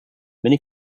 many